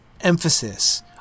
emphasis